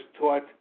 taught